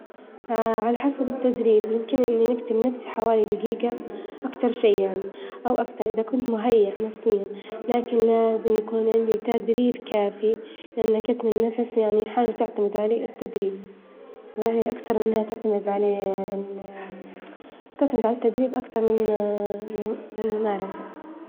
على حسب التدريب ممكن إني نكتم نفسي حوالي دجيجة أكتر شي يعني، أو أكتر إذا كنت مهيأ نفسيا، لكن لاااازم يكون عندي تدريب كافي لأن كتم النفس يعني حاجة تعتمد علي التدريب يعني أكثر من إنها تعتمد عليه- أكثر من الممارسة.